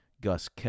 Gus